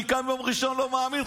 אני קם ביום ראשון, לא מאמין.